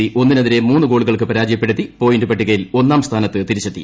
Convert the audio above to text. C ഒന്നിനെതിരെ മൂന്ന് ഗോളുകൾക്ക് പരാജയപ്പെടുത്തി പോയിന്റ് പട്ടികയിൽ ഒന്നാം സ്ഥാനത്ത് തിരിച്ചെത്തി